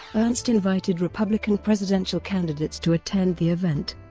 ernst invited republican presidential candidates to attend the event.